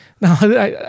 Now